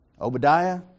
Obadiah